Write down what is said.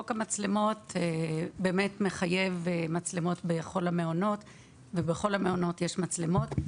חוק המצלמות מחייב מצלמות בכל המעונות ובכל המעונות יש מצלמות.